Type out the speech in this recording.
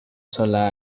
sola